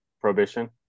probation